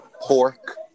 Pork